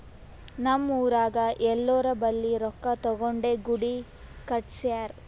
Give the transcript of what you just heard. ನಮ್ ಊರಾಗ್ ಎಲ್ಲೋರ್ ಬಲ್ಲಿ ರೊಕ್ಕಾ ತಗೊಂಡೇ ಗುಡಿ ಕಟ್ಸ್ಯಾರ್